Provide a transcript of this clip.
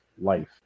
life